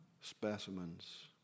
specimens